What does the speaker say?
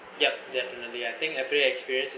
yup definitely I think actually experience